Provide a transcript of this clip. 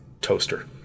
toaster